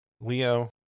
Leo